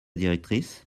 directrice